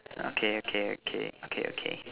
okay okay okay okay okay